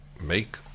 make